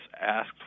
asked